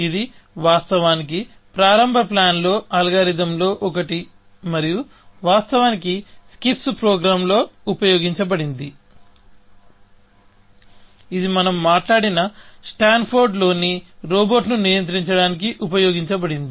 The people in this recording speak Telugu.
ఇది వాస్తవానికి ప్రారంభ ప్లాన్ అల్గోరిథంలలో ఒకటి మరియు వాస్తవానికి స్కిప్స్ ప్రోగ్రామ్ లో ఉపయోగించబడింది ఇది మనం మాట్లాడిన స్టాన్ఫోర్డ్ లోని రోబోట్ను నియంత్రించడానికి ఉపయోగించ బడింది